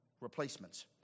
replacements